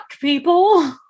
people